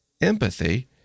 empathy